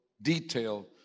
detail